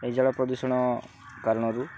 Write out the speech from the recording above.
ଏ ଜଳ ପ୍ରଦୂଷଣ କାରଣରୁ